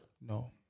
No